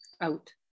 out